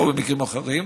לא במקרים אחרים,